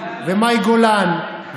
ומאי גולן,